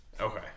Okay